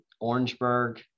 Orangeburg